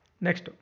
Next